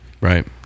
Right